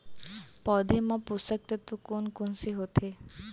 पौधे मा पोसक तत्व कोन कोन से होथे?